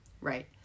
Right